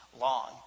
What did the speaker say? Long